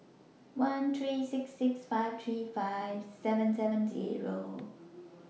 one three six six five three five seven seven Zero